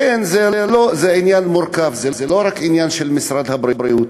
זה עניין מורכב, זה לא רק עניין של משרד הבריאות.